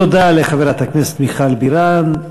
תודה לחברת הכנסת מיכל בירן.